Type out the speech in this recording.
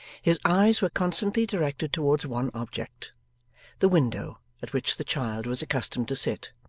his eyes were constantly directed towards one object the window at which the child was accustomed to sit.